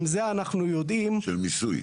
של מיסוי.